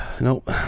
nope